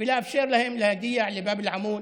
ולאפשר להם להגיע לבאב אל-עמוד,